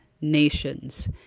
nations